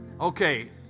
okay